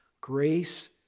Grace